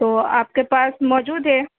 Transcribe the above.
تو آپ کے پاس موجود ہے